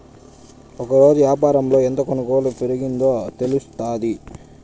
ఒకరోజు యాపారంలో ఎంత కొనుగోలు పెరిగిందో తెలుత్తాది